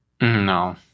No